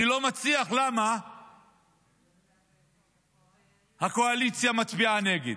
אני לא מצליח להבין למה הקואליציה מצביעה נגד,